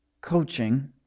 coaching